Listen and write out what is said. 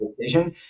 decision